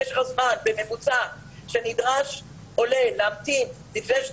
משך הזמן בממוצע שנדרש עולה להמתין לפני שהוא